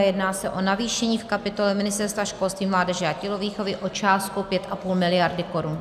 Jedná se o navýšení v kapitole Ministerstva školství, mládeže a tělovýchovy o částku 5,5 mld. korun.